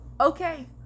Okay